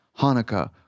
Hanukkah